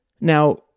Now